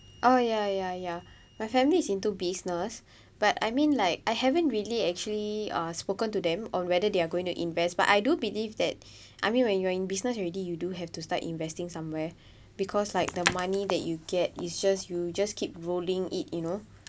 oh ya ya ya my family's into business but I mean like I haven't really actually uh spoken to them on whether they are going to invest but I do believe that I mean when you are in business you already you do have to start investing somewhere because like the money that you get is just you just keep rolling it you know